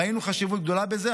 ראינו חשיבות גדולה בזה.